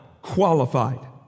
qualified